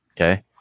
Okay